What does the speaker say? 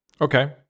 Okay